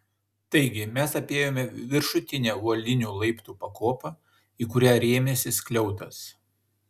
taigi mes apėjome viršutinę uolinių laiptų pakopą į kurią rėmėsi skliautas